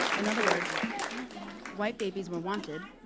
in other words white babies were wanted,